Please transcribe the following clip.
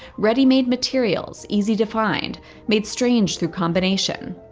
ready made materials easy to find made strange through combination,